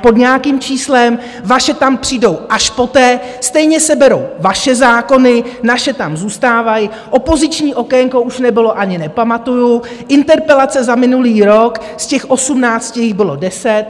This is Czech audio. pod nějakým číslem, vaše tam přijdou až poté, stejně se berou vaše zákony, naše tam zůstávají, opoziční okénko už nebylo, ani nepamatuju, interpelace za minulý rok z těch osmnácti jich bylo deset.